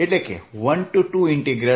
12E